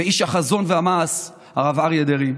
ואיש החזון והמעש הרב אריה דרעי,